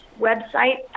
website